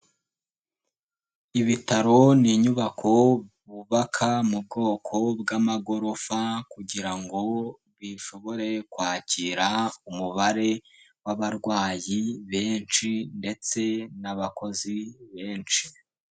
Ibitaro ni inyubako bubaka mu bwoko bw'amagorofa kugira ngo bishobore kwakira umubare w'abarwayi benshi ndetse n'abakozi benshi.